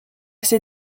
ses